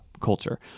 culture